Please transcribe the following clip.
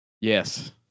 yes